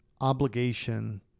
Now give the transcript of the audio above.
obligation